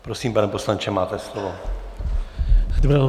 Prosím, pane poslanče, máte slovo.